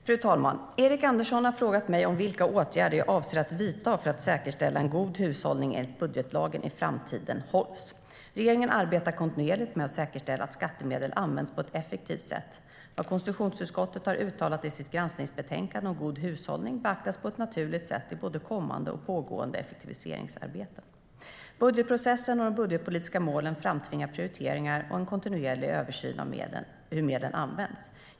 Fru talman! Erik Andersson har frågat mig vilka åtgärder jag avser att vidta för att säkerställa att god hushållning enligt budgetlagen i framtiden hålls. Regeringen arbetar kontinuerligt med att säkerställa att skattemedel används på ett effektivt sätt. Vad konstitutionsutskottet har uttalat i sitt granskningsbetänkande om god hushållning beaktas på ett naturligt sätt i både kommande och pågående effektiviseringsarbeten. Budgetprocessen och de budgetpolitiska målen framtvingar prioriteringar och en kontinuerlig översyn av hur medlen används.